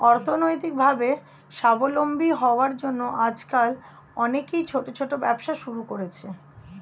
অর্থনৈতিকভাবে স্বাবলম্বী হওয়ার জন্য আজকাল অনেকেই ছোট ছোট ব্যবসা শুরু করছে